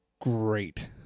great